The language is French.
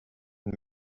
une